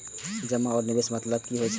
जमा आ निवेश में मतलब कि होई छै?